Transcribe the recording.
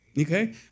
okay